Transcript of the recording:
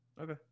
Okay